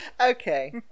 Okay